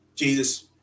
Jesus